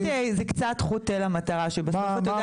זה קצת חוטא למטרה שבסוף אתה יודע,